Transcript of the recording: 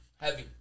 Heavy